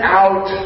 out